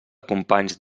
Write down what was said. companys